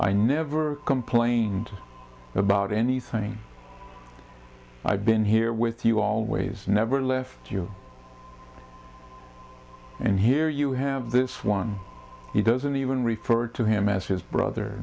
i never complained about anything i've been here with you always never left you and here you have this one he doesn't even refer to him as his brother